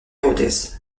rodez